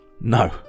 No